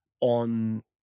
on